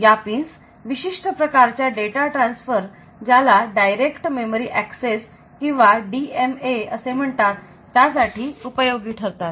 या पिंस विशिष्ट प्रकारच्या डेटा ट्रान्सफर ज्याला डायरेक्ट मेमरी एक्सेस किंवा DMA असे म्हणतात त्यासाठी उपयोगी ठरतात